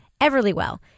Everlywell